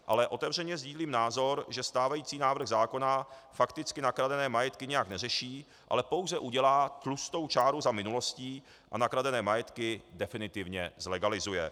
Ale otevřeně sdílím názor, že stávající návrh zákona fakticky nakradené majetky nijak neřeší, ale pouze udělá tlustou čáru za minulostí a nakradené majetky definitivně zlegalizuje.